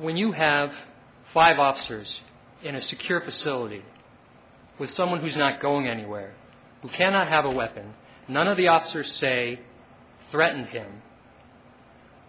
when you have five officers in a secure facility with someone who's not going anywhere you cannot have a weapon none of the officer say threatened him